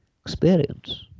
experience